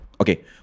Okay